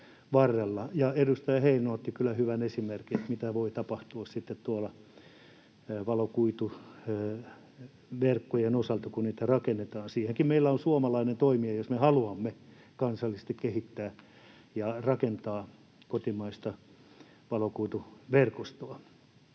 edustaja Heinonen otti kyllä hyvän esimerkin siitä, mitä voi tapahtua sitten valokuituverkkojen osalta, kun niitä rakennetaan. Siihenkin meillä on suomalainen toimija, jos me haluamme kansallisesti kehittää ja rakentaa kotimaista valokuituverkostoa.